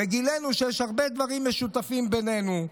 גילינו שיש הרבה דברים משותפים בינינו,